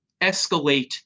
escalate